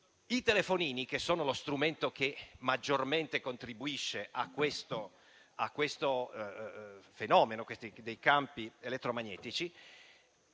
I telefonini, lo strumento che maggiormente contribuisce al fenomeno dei campi elettromagnetici,